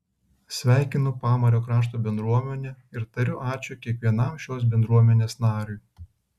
sveikinu pamario krašto bendruomenę ir tariu ačiū kiekvienam šios bendruomenės nariui